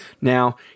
Now